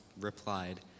replied